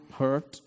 hurt